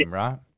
right